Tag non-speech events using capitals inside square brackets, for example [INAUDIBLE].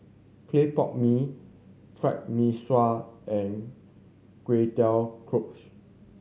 clay pot mee Fried Mee Sua and Kway Teow [UNINTELLIGIBLE]